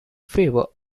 favor